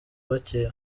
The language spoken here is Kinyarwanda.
abakeba